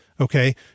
okay